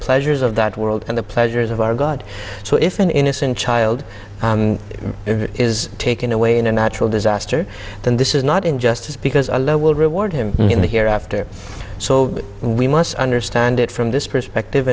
pleasures of that world and the pleasures of our god so if an innocent child is taken away in a natural disaster then this is not injustice because our love will reward him in the hereafter so we must understand it from this